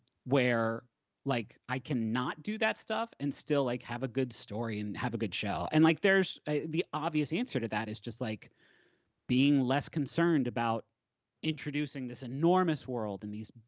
where like i can not do that stuff and still like have a good story and have a good shell. and like there's the obvious answer to that, is just like being less concerned about introducing this enormous world and these